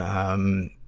um,